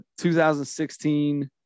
2016